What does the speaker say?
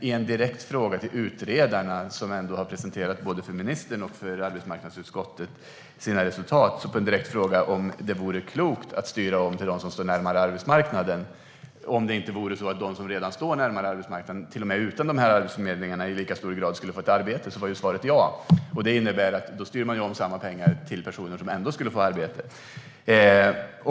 Utredarna, som har presenterat sina resultat för både ministern och arbetsmarknadsutskottet, fick en direkt fråga om det vore klokt att styra om till dem som står närmare arbetsmarknaden, om det inte vore så att de som står närmare arbetsmarknaden till och med utan de här arbetsförmedlingarna i lika hög grad skulle få ett arbete. Svaret var ja. Det innebär då att man styr om pengarna till personer som ändå skulle få arbete.